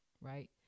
Right